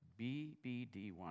BBD1